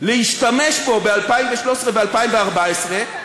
להשתמש בו ב-2013 וב-2014,